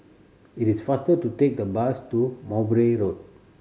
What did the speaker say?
it is faster to take the bus to Mowbray Road